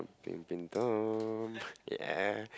peeping Tom yeah